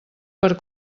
per